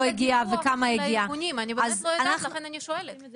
לא הגיע -- אני לא יודעת מה רמת הדיווח בין הארגונים,